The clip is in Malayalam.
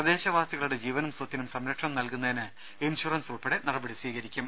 പ്രദേശവാസികളുടെ ജീവനും സ്വത്തിനും സംരക്ഷണം നൽകു ന്നതിന് ഇൻഷുറൻസ് ഉൾപ്പെടെ നടപടി സ്വീകരിക്കും